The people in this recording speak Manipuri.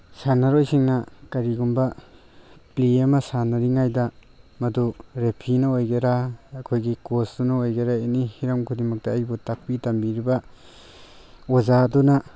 ꯁꯥꯟꯅꯔꯣꯏꯁꯤꯡꯅ ꯀꯔꯤꯒꯨꯝꯕ ꯄ꯭ꯂꯦ ꯑꯃ ꯁꯥꯟꯅꯔꯤꯉꯩꯗ ꯃꯗꯨ ꯔꯦꯐꯤꯅ ꯑꯣꯏꯒꯦꯔꯥ ꯑꯩꯈꯣꯏꯒꯤ ꯀꯣꯆꯇꯨꯅ ꯑꯣꯏꯒꯦꯔꯥ ꯑꯦꯅꯤ ꯍꯤꯔꯝ ꯈꯨꯗꯤꯡꯃꯛꯇ ꯑꯩꯕꯨ ꯇꯥꯛꯄꯤ ꯇꯝꯕꯤꯔꯤꯕ ꯑꯣꯖꯥꯗꯨꯅ